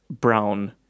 brown